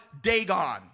dagon